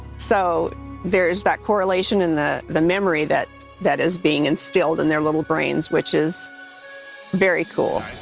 so there is that correlation and the the memory that that is being instilledth and their little brains, which is very cool.